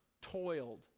toiled